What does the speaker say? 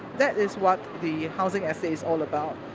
that is what the housing estate's all about,